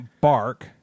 bark